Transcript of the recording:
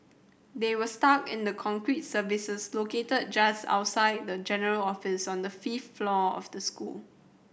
they were stuck in the concrete crevices located just outside the general office on the fifth floor of the school